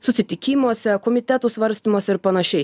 susitikimuose komitetų svarstymuose ir panašiai